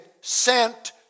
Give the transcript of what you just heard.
sent